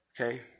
Okay